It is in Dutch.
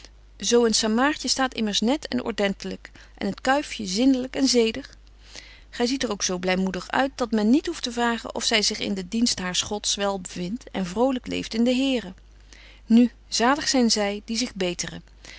een samaartje staat immers net en ordentelyk en het kuifje zindelyk en zedig zy ziet er ook zo blymoedig uit dat men niet hoeft te vragen of zy zich in den dienst haars gods wel bevindt en vrolyk leeft in den here nu zalig zyn zy die zich beteren